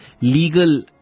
legal